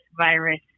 virus